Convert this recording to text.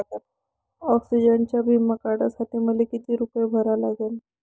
ॲक्सिडंटचा बिमा काढा साठी मले किती रूपे भरा लागन?